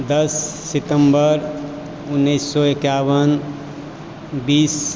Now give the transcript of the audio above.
दस सितम्बर उन्नैस सए एकाबन बीस